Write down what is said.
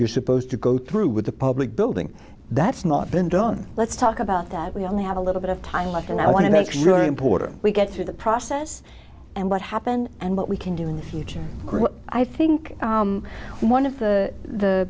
you're supposed to go through with the public building that's not been done let's talk about that we only have a little bit of time left and i want to know it's really important we get through the process and what happened and what we can do in the future i think one of the